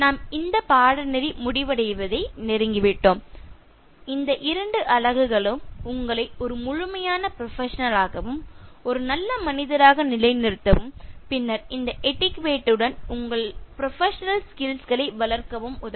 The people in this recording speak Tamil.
நாம் இந்த பாடநெறி முடிவடைவதை நெருங்கிவிட்டோம் இந்த இரண்டு அலகுகளும் உங்களை ஒரு முழுமையான புரோபஷனல்ஆகவும் ஒரு நல்ல மனிதராக நிலைநிறுத்தவும் பின்னர் இந்த எட்டிக்யுட்டே யுடன் உங்கள் புரோபஷனல் ஸ்கில்ஸ்களை வளர்க்கவும் உதவும்